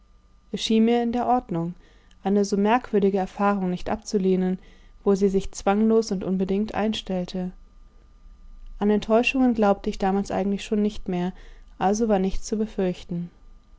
schien mir in der ordnung eine so merkwürdige erfahrung nicht abzulehnen wo sie sich zwanglos und unbedingt einstellte an enttäuschungen glaubte ich damals eigentlich schon nicht mehr also war nichts zu befürchten